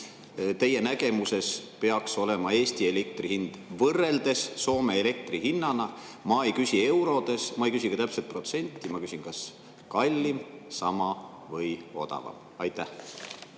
nägemuses peaks olema Eesti elektri hind võrreldes Soome elektri hinnaga? Ma ei küsi eurodes, ma ei küsi ka täpset protsenti. Ma küsin, kas kallim, sama või odavam. Aitäh!